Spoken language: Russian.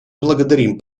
благодарим